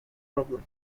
problem